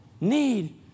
need